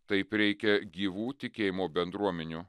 taip reikia gyvų tikėjimo bendruomenių